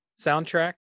soundtrack